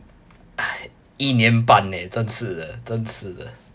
哎一年半 eh 真是的真是的